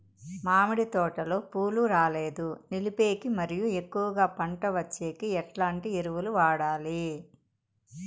మామిడి తోటలో పూలు రాలేదు నిలిపేకి మరియు ఎక్కువగా పంట వచ్చేకి ఎట్లాంటి ఎరువులు వాడాలి?